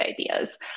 ideas